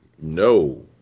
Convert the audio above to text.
No